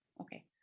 okay